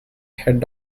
head